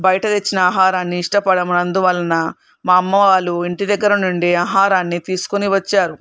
బయట తెచ్చిన ఆహారాన్ని ఇష్టపడం అందువలన మా అమ్మవాళ్ళు ఇంటి దగ్గర నుండి ఆహారాన్ని తీసుకొని వచ్చారు